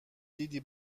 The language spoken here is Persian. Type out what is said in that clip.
دیدی